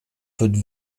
wird